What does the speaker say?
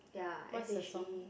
ya s_h_e